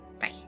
Bye